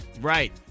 Right